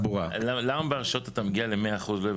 למה בהרשאות אתה מגיע ל-100%?